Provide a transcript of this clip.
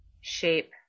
shape